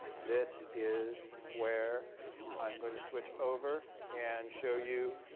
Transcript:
this is where i'm going to switch over and show you